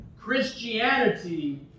Christianity